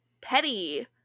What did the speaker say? petty